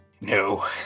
No